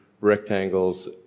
rectangles